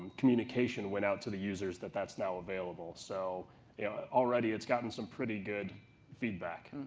communication went out to the users that that's now available. so yeah already it's gotten some pretty good feedback.